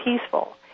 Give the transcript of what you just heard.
peaceful